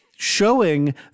Showing